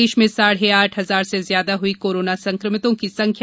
प्रदेश में साढ़े आठ हजार से ज्यादा हुई कोरोना संक्रमितों की संख्या